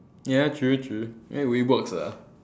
ya true true ya it works ah